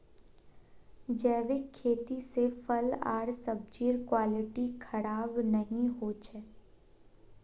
जैविक खेती से फल आर सब्जिर क्वालिटी खराब नहीं हो छे